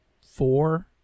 four